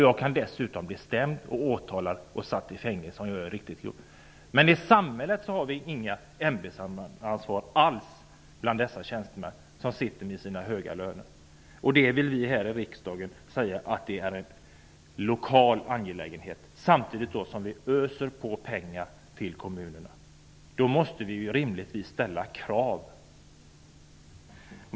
Jag kan dessutom bli stämd, åtalad och satt i fängelse om jag inte gör ett riktigt jobb. Men i samhället har vi inget ämbetsmannaansvar alls för dessa tjänstemän som sitter med sina höga löner. Det vill vi här i riksdagen säga är en lokal angelägenhet samtidigt som vi öser pengar över kommunerna. Då måste vi rimligtvis ställa krav.